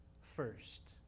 first